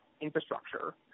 infrastructure